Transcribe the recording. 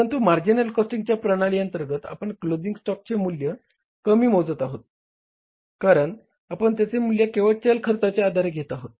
परंतु मार्जिनल कॉस्टिंगच्या प्रणाली अंतर्गत आपण क्लोजिंग स्टॉकचे मूल्य कमी मोजत आहोत कारण आपण त्याचे मूल्य केवळ चल खर्चाच्या आधारे घेत आहोत